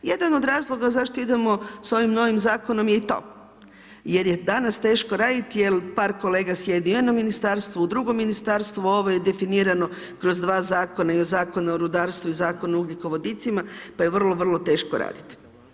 Jedan od razloga zašto idemo s ovim novim zakonom je i to jer je danas teško raditi jel par kolega sjedi u jednom ministarstvu u drugom ministarstvu, ovo je definirano kroz dva zakona i Zakonu o rudarstvu i Zakonu o ugljikovodicima pa je vrlo, vrlo teško raditi.